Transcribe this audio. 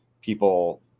people